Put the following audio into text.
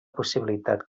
possibilitat